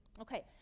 Okay